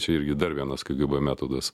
čia irgi dar vienas kgb metodas